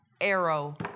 arrow